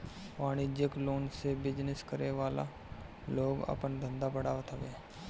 वाणिज्यिक लोन से बिजनेस करे वाला लोग आपन धंधा बढ़ावत हवे